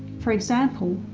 for example,